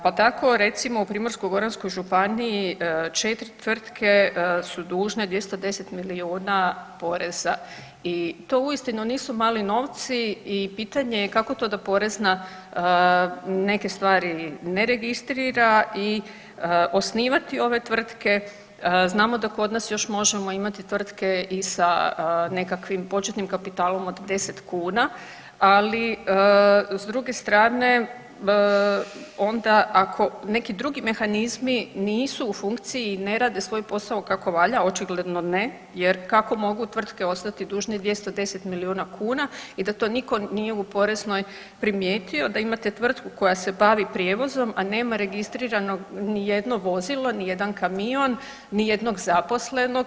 Pa tako recimo u Primorsko-goranskoj županiji 4 tvrtke su dužne 210 milijuna poreza i to uistinu nisu mali novci i pitanje je kako to da porezna neke stvari ne registrira i osnivati ove tvrtke, znamo da kod nas još možemo imati tvrtke i sa nekakvim početnim kapitalom od 10 kuna, ali s druge strane onda ako neki drugi mehanizmi nisu u funkciji i ne rade svoj posao kako valja, očigledno ne jer kako mogu tvrtke ostati dužne 210 milijuna kuna i da to nitko nije u poreznoj primijetio, da imate tvrtku koja se bavi prijevozom a nema registrirano nijedno vozilo, nijedan kamion, nijednog zaposlenog.